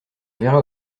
verra